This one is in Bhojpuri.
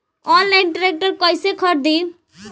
आनलाइन ट्रैक्टर कैसे खरदी?